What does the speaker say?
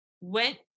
went